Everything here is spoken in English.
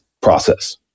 process